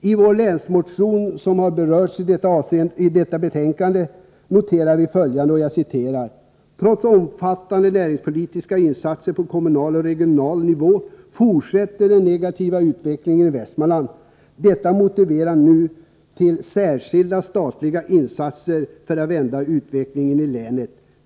I vår länsmotion — som också berörs i detta betänkande — noterar vi följande: ”Trots omfattande näringspolitiska insatser på kommunal och regonal nivå fortsätter den negativa utvecklingen i Västmanland. Detta motiverar nu särskilda statliga insatser för att vända utvecklingen i länet.